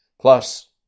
Plus